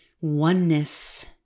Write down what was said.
oneness